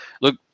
Look